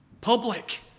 public